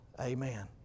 Amen